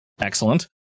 Excellent